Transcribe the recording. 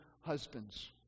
husbands